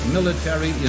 Military